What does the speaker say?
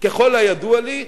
ככל הידוע לי,